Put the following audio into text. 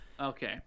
Okay